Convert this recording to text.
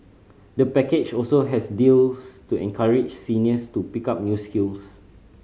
the package also has deals to encourage seniors to pick up new skills